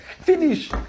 finish